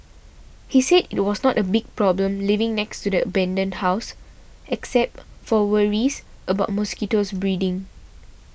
he said it was not a big problem living next to the abandoned house except for worries about mosquito breeding